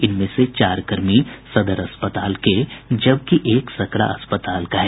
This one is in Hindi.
इनमें से चार कर्मी सदर अस्पताल के जबकि एक सकरा अस्पताल का है